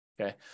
Okay